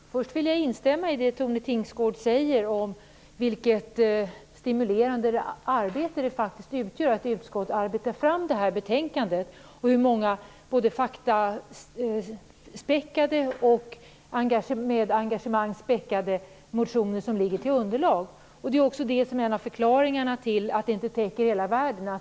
Herr talman! Först vill jag instämma i det Tone Tingsgård säger om vilket stimulerande arbete det faktiskt har varit att i utskottet ta fram det här betänkandet. Det är många både faktaspäckade och med engagemang späckade motioner som ligger till grund för betänkandet. Det är också en av förklaringarna till att det inte täcker hela världen.